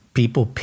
people